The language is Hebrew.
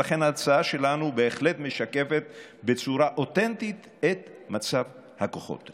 ולכן ההצעה שלנו בהחלט משקפת בצורה אותנטית את מצב הכוחות.